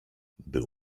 był